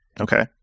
Okay